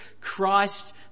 Christ